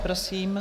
Prosím.